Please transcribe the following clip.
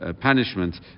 punishment